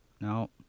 no